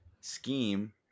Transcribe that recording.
scheme